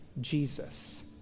Jesus